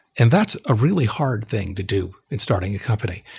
and that's a really hard thing to do in starting a company.